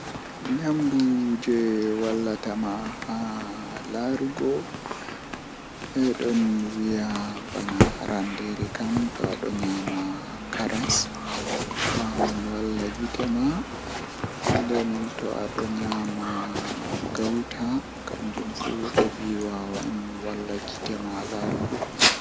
Eɗe kañum njiddiriɗe waɗata faggude njamataare ngorko sabu ɗe waɗa rewti nguurndam ngorko. Njamaaji ɗe feere ɗum ɗiɗiɗe rewɓe waɗata njoɓdi, ɗum waɗa rewɓe hoore ngam nde nguurndam ngorko. Ko carrot ɗum waawataa rewti sabu ɗum ngoni vitamin A, e kale ko miɗo waɗata rewɓe ngam nguurndam ngal rewɓe.